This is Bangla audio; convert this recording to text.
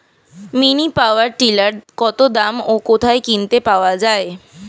মিনি পাওয়ার টিলার কত দাম ও কোথায় কিনতে পাওয়া যায়?